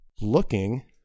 looking